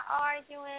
arguing